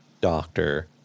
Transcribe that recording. doctor